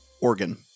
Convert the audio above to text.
Organ